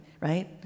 right